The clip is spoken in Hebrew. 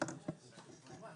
בפרק ה'